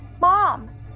Mom